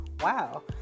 Wow